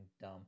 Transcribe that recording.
dumb